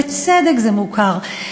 בצדק זה מוכר.